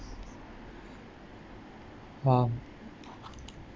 !wow!